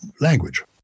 language